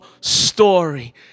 story